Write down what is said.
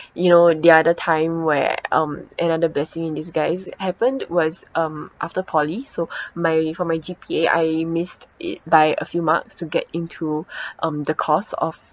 you know the other time where um another blessing in disguise happened was um after poly so my for my G_P_A I missed it by a few marks to get into um the course of